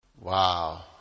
Wow